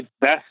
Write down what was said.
best